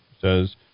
says